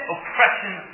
oppression